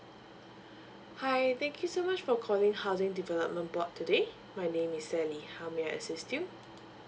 hi thank you so much for calling housing development board today my name is sally how may I assist you